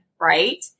right